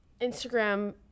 Instagram